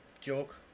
joke